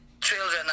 children